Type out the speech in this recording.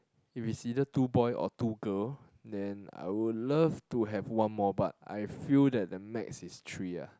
if it's either two boy or two girl then I would love to have one more but I feel that the max is three lah